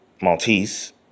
Maltese